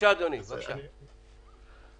אם רק כותרות.